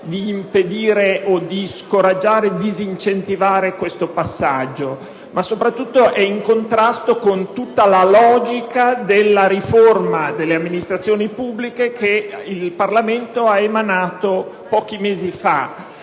di impedire, di scoraggiare, di disincentivare tale passaggio. Ma, soprattutto, ciò è in contrasto con tutta la logica della riforma delle amministrazioni pubbliche che il Parlamento ha varato pochi mesi fa.